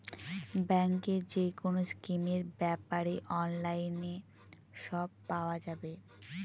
ব্যাঙ্কের যেকোনো স্কিমের ব্যাপারে অনলাইনে সব পাওয়া যাবে